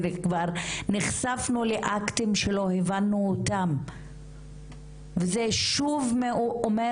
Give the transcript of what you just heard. נחשפנו לאקטים שלא הבנו אותם וזה שוב אומר